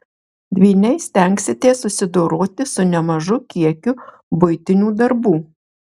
dvyniai stengsitės susidoroti su nemažu kiekiu buitinių darbų